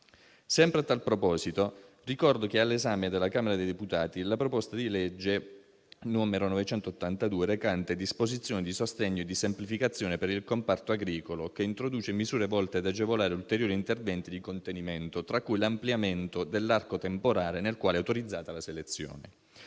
Sempre a tal proposito, ricordo che è all'esame della Camera dei deputati la proposta di legge n. 982, recante disposizioni di sostegno e di semplificazione per il comparto agricolo, che introduce misure volte ad agevolare ulteriori interventi di contenimento, tra cui l'ampliamento dell'arco temporale nel quale è autorizzata la selezione.